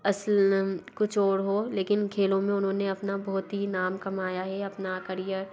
असलन कुछ और हो लेकिन खेलों में उन्होंने अपना बहत ही नाम कमाया है अपना करियर